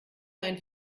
ein